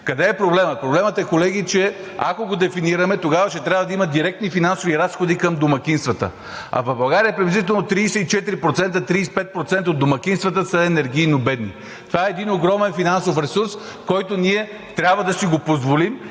Къде е проблемът? Проблемът е, колеги, че ако го дефинираме, тогава ще трябва да има директни финансови разходи към домакинствата, а в България приблизително 34% – 35% от домакинствата са енергийно бедни. Това е един огромен финансов ресурс, който ние трябва да си го позволим